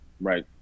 right